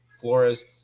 Flores